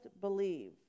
believe